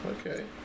Okay